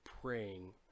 praying